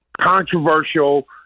controversial